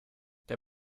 der